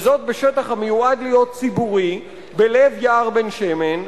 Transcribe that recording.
וזה בשטח המיועד להיות ציבורי, בלב יער בן-שמן,